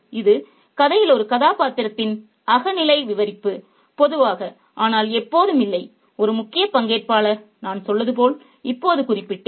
இது கதையில் ஒரு கதாபாத்திரத்தின் அகநிலை விவரிப்பு பொதுவாக ஆனால் எப்போதும் இல்லை ஒரு முக்கியப் பங்கேற்பாளர் நான் சொன்னது போல் இப்போது குறிப்பிட்டேன்